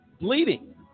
bleeding